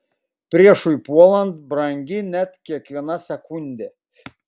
priešui puolant brangi net kiekviena sekundė